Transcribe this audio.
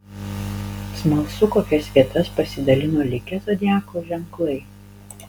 smalsu kokias vietas pasidalino likę zodiako ženklai